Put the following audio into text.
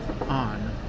on